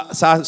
sa